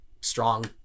strong